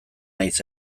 naiz